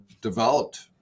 developed